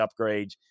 upgrades